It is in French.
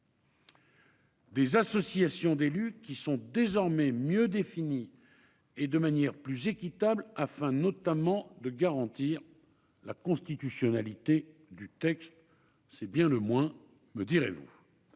des associations d'élus, qui sont désormais mieux définies et de manière plus équitable. Ainsi se trouve en particulier garantie la constitutionnalité du texte ; c'est bien le moins, me direz-vous